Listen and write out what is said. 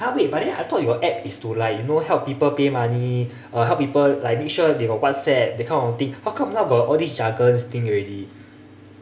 !huh! wait but then I thought your app is to like you know help people pay money uh help people like make sure they got whatsapp that kind of thing how come now got all these jargons thing already